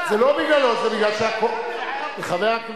אני באתי ממדינה שאני יודע מה זה בחירות של סוריה.